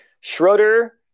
Schroeder